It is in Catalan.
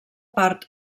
part